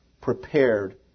Prepared